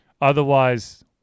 Otherwise